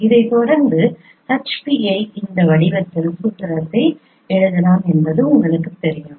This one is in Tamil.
இதைத் தொடர்ந்து H pi இந்த வடிவத்தில் சூத்திரத்தை எழுதலாம் என்பது உங்களுக்குத் தெரியும்